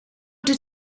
did